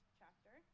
chapter